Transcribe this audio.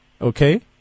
Okay